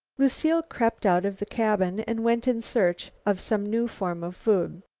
lucile crept out of the cabin and went in search of some new form of food.